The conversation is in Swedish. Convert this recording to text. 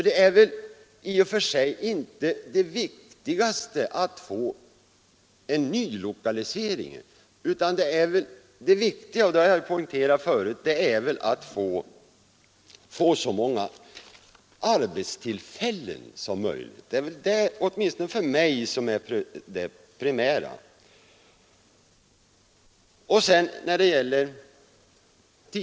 Det viktigaste är inte att få en nylokalisering, det viktigaste är att få så många arbetstillfällen som möjligt. Det är åtminstone för mig det primära.